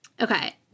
Okay